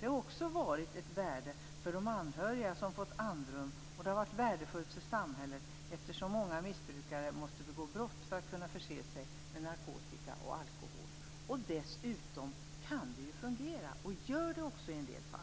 Det har också varit av värde för de anhöriga som fått andrum, och det har varit värdefullt för samhället, eftersom många missbrukare måste begå brott för att kunna förse sig med narkotika och alkohol. Dessutom kan ju insatsen fungera och gör det också i en del fall.